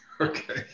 Okay